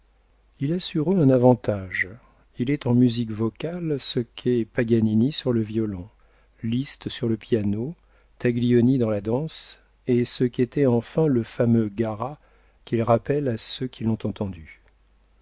il a sur eux un avantage il est en musique vocale ce qu'est paganini sur le violon liszt sur le piano taglioni dans la danse et ce qu'était enfin le fameux garat qu'il rappelle à ceux qui l'ont entendu